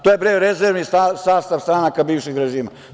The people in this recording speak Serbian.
To je, bre, rezervni sastav stranaka bivšeg režima.